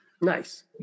Nice